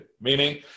Meaning